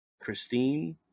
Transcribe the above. Christine